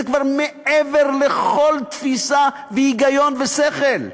מעבר לכל תפיסה והיגיון ושכל.